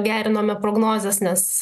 gerinome prognozes nes